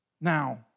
Now